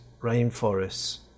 rainforests